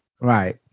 Right